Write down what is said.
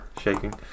shaking